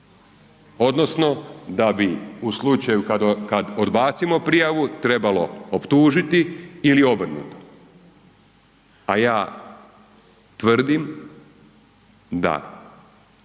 Odnosno, da bi u slučaju kad odbacimo prijavu, trebalo optužiti ili obrnuto. A ja tvrdim da